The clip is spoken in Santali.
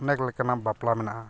ᱚᱱᱮᱠ ᱞᱮᱠᱟᱱᱟᱜ ᱵᱟᱯᱞᱟ ᱢᱮᱱᱟᱼᱟ